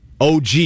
OG